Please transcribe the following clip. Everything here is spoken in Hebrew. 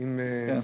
אם אפשר.